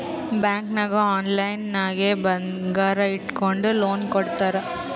bank ನಾಗ್ online ನಾಗೆ ಬಂಗಾರ್ ಇಟ್ಗೊಂಡು ಲೋನ್ ಕೊಡ್ತಾರ್